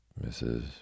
Mrs